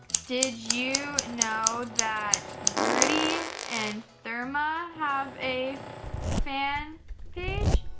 did you know that gertie and therma have a fan page?